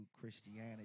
Christianity